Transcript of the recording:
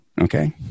Okay